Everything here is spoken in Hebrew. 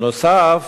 בנוסף,